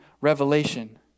revelation